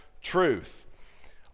truth